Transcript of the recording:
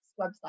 website